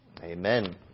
amen